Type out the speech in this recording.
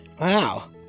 Wow